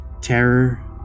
terror